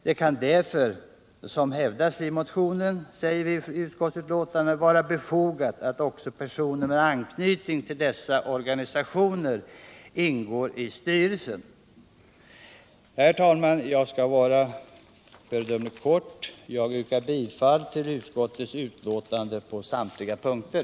Vi säger i utskottsbetänkandet att det därför, som hävdas i motionen, kan vara befogat att också personer med anknytning till dessa organisationer ingår i styrelsen. Herr talman! Jag skall fatta mig föredömligt kort. Jag yrkar bifall till utskottets hemställan på samtliga punkter.